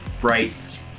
bright